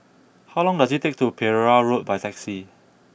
how long does it take to get to Pereira Road by taxi